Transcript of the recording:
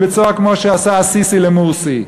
כמו שעשה א-סיסי למורסי.